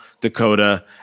Dakota